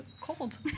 cold